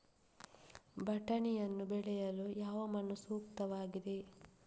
ಬಟಾಣಿಯನ್ನು ಬೆಳೆಯಲು ಯಾವ ಮಣ್ಣು ಸೂಕ್ತವಾಗಿದೆ?